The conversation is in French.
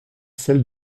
celle